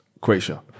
Croatia